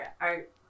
art